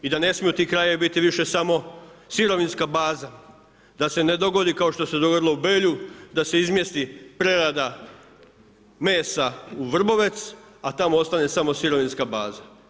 I da ne smiju ti krajevi biti više samo sirovinska baza, da se ne dogodi kao što se dogodilo u Belju, da se izmjesti prerada mesa u Vrbovec a tamo ostane samo sirovinska baza.